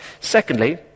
Secondly